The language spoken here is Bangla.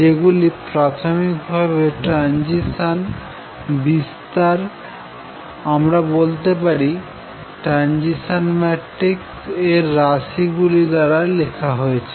যেগুলি প্রাথমিক ভাবে ট্রাঞ্জিশন বিস্তার অথবা আমরা বলতে পারি ট্রাঞ্জিশান ম্যাট্রিক্স এর রাশি গুলি দ্বারা লেখা হয়েছে